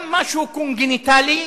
גם משהו קונגניטלי,